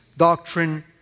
doctrine